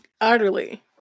Utterly